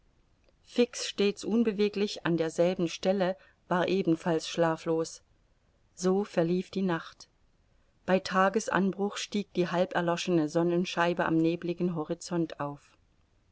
fix stets unbeweglich an derselben stelle war ebenfalls schlaflos so verlief die nacht bei tagesanbruch stieg die halb erloschene sonnenscheibe am nebeligen horizont auf